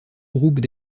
groupes